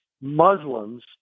Muslims